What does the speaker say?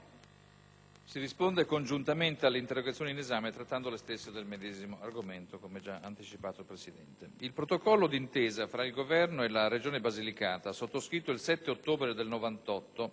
Si risponde congiuntamente alle interrogazioni in esame, trattando le stesse del medesimo argomento. Il protocollo d'intesa tra il Governo e la Regione Basilicata, sottoscritto il 7 ottobre 1998,